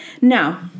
Now